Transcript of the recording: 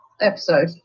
episode